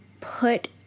put